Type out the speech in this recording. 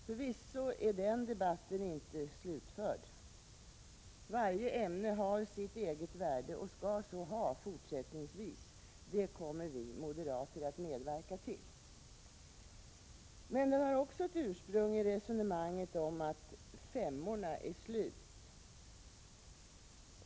Förvisso är den debatten inte slutförd. Varje ämne har sitt eget värde och skall så ha fortsättningsvis — det kommer vi moderater att medverka till. Men den har också ett ursprung i resonemanget om att ”femmorna är slut”.